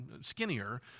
skinnier